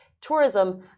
tourism